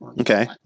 Okay